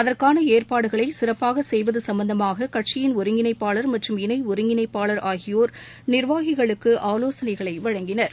அதற்கான ஏற்பாடுகளை சிறப்பாக செய்வது சும்பந்தமாக கட்சியின் ஒருங்கிணைப்பாளர் மற்றும் இணைஒருங்கிணைப்பாளர் ஆகியோர் நிர்வாகிகளுக்கு ஆலோசனை வழங்கினர்